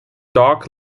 dock